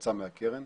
שיצא מהקרן.